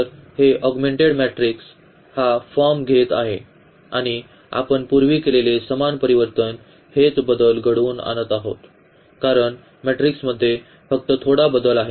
तर हे augmented matrix हा फॉर्म घेत आहे आणि आपण पूर्वी केलेले समान परिवर्तन हेच बदल घडवून आणत आहोत कारण मॅट्रिक्समध्ये फक्त थोडा बदल झाला आहे